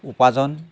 উপাৰ্জন